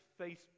Facebook